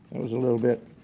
that was a little bit